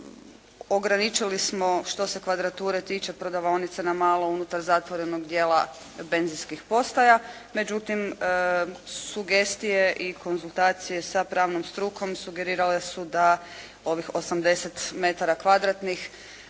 ograničili smo što se kvadrature tiče prodavaonice na malo unutar zatvorenog dijela benzinskih postaja, međutim sugestije i konzultacije sa pravnom strukom sugerirale su da ovih 80 m2 ne